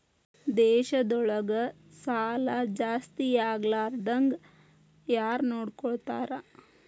ದೇಶದೊಳಗ ಸಾಲಾ ಜಾಸ್ತಿಯಾಗ್ಲಾರ್ದಂಗ್ ಯಾರ್ನೊಡ್ಕೊತಾರ?